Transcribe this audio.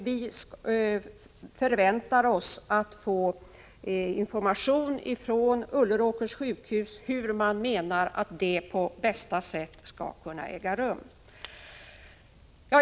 Vi förväntar oss att få information från Ulleråkers sjukhus om hur man tycker att detta på bästa sätt kan ske.